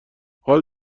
حال